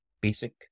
basic